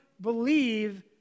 believe